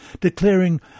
declaring